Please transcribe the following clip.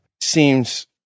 seems